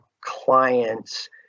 clients